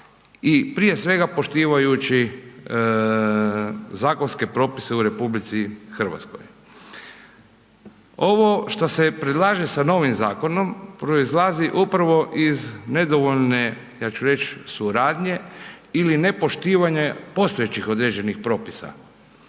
i prije svega poštivajući zakonske propise u RH. Ovo što se predlaže sa novim zakonom proizlazi upravo iz nedovoljne, ja ću reći suradnje ili nepoštivanja postojećih određenih propisa.